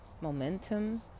momentum